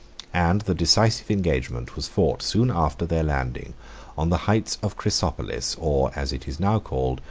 and the decisive engagement was fought soon after their landing on the heights of chrysopolis, or, as it is now called,